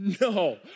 no